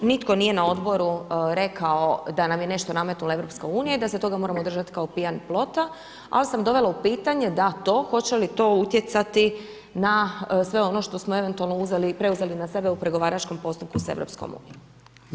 Nitko nije na odboru rekao da nam je nešto nametnula EU i da se toga moramo držati kao pijan plota, ali sam dovela u pitanje da to, hoće li to utjecati na sve ono što smo eventualno uzeli i preuzeli na sebe u pregovaračkom postupku s EU.